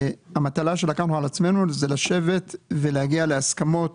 והמטלה שלקחנו על עצמנו זה לשבת ולהגיע להסכמות